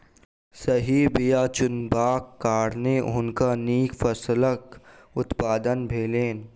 सही बीया चुनलाक कारणेँ हुनका नीक फसिलक उत्पादन भेलैन